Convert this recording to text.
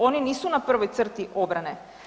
Oni nisu na prvoj crti obrane?